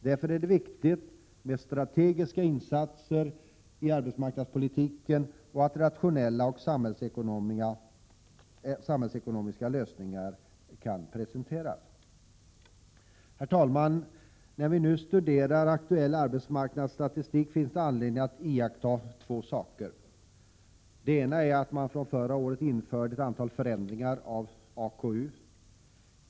Därför är det viktigt med strategiska insatser i arbetsmarknadspolitiken och att rationella och samhällsekonomiska lösningar kan presenteras. Herr talman! När vi nu studerar aktuell arbetsmarknadsstatistik finns det anledning att iaktta två saker. Det ena är att man från förra året införde ett antal förändringar av AKU.